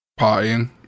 partying